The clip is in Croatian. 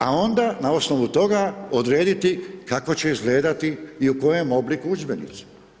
A onda, na osnovu toga, odrediti kako će izgledati i u kojem obliku udžbenici.